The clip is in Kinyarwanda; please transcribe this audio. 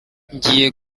njyiye